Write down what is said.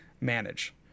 manage